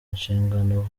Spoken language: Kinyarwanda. nshingano